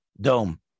dome